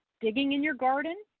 digging in your garden,